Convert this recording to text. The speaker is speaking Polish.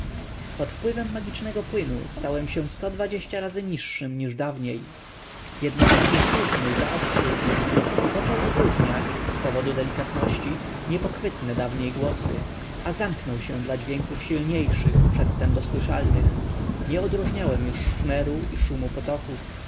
pod wpływem magicznego płynu stałem się sto dwadzieścia razy niższym niż dawniej jednocześnie słuch mój zaostrzył się i począł odróżniać z powodu delikatności niepochwytne dawniej głosy a zamknął się dla dźwięków silniejszych przedtem dosłyszalnych nie odróżniałem już szmeru i szumu potoków